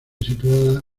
situada